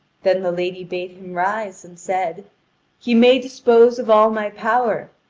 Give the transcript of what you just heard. then the lady bade him rise, and said he may dispose of all my power!